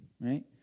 right